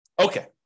Okay